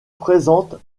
présente